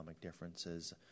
differences